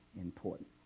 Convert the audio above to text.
important